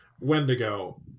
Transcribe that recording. Wendigo